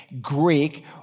Greek